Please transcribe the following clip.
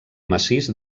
massís